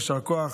יישר כוח.